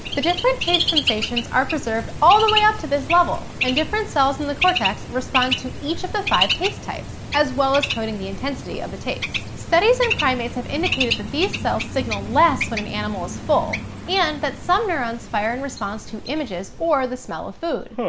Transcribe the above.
the different taste sensations are preserved all the way up to this level, and different cells in the cortex respond to each of the five taste types, as well as coding the intensity of the taste. studies in primates have indicated that these cells signal less when an animal is full and that some neurons fire in response to images or the smell of food.